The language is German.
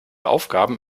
aufgaben